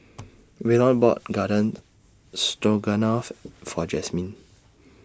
Waylon bought Garden Stroganoff For Jasmyne